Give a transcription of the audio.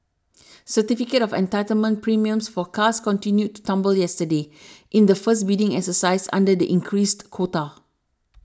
certificate of entitlement premiums for cars continued to tumble yesterday in the first bidding exercise under the increased quota